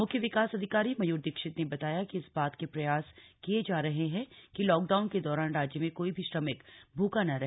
मुख्य विकास अधिकारी मयूर दीक्षित ने बताया की इस बात के प्रयास किये जा रहे हैं कि लॉकडाउन के दौरान राज्य में कोई भी श्रमिक भूखा न रहे